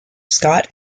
scott